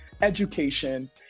education